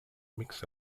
mix